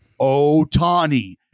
Otani